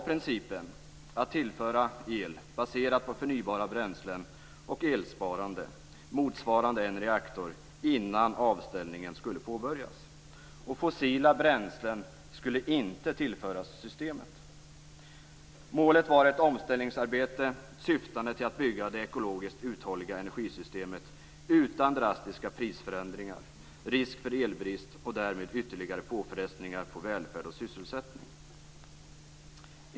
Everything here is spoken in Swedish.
Principen var att tillföra el baserad på förnybara bränslen och elsparande motsvarande en reaktor innan avställningen skulle påbörjas. Fossila bränslen skulle inte tillföras systemet. Målet var ett omställningsarbete syftande till att bygga det ekologiskt uthålliga energisystemet, utan drastiska prisförändringar, risk för elbrist och därmed ytterligare påfrestningar på välfärd och sysselsättning.